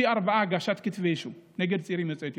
פי ארבעה הגשת כתבי אישום נגד צעירים יוצאי אתיופיה.